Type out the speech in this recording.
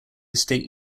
state